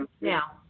now